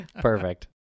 Perfect